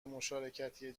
مشارکتی